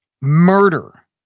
murder